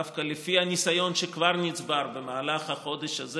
דווקא לפי הניסיון שכבר נצבר במהלך החודש הזה